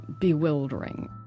bewildering